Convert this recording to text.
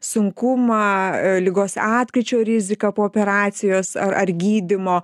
sunkumą ligos atkryčio riziką po operacijos ar ar gydymo